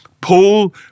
Paul